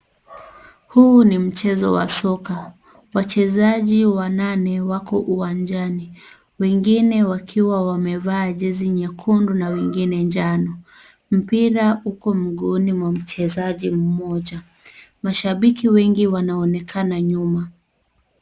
Huu ni mchezo wa soka, wachezaji wanane wako uwanjani, wengine wakiwa wamevaa jezi nyekundu na wengine njano mpira uko mguuni wa mchezaji mmoja mashabiki wengi wanaonekana nyuma.